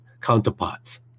counterparts